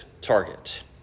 target